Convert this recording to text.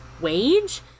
wage